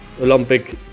olympic